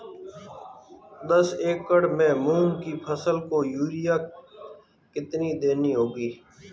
दस एकड़ में मूंग की फसल को यूरिया कितनी देनी होगी?